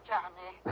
Johnny